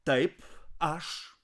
taip aš